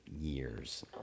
Years